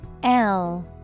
-L